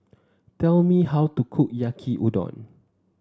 tell me how to cook Yaki Udon